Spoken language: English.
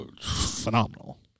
phenomenal